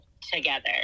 together